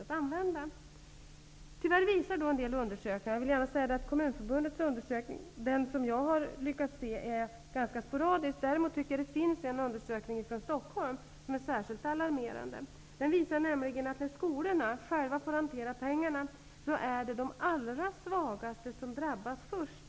Kommunförbundets undersökning -- den som jag har sett -- är ganska bristfällig. Däremot finns det en undersökning från Stockholm som är särskilt alarmerande. Den visar nämligen att när skolorna själva får hantera pengarna är det de allra svagaste som drabbas först.